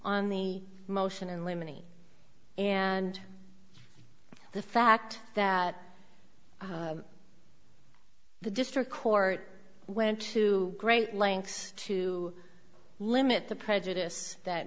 on the motion in limine and the fact that the district court went to great lengths to limit the prejudice that